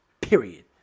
Period